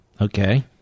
Okay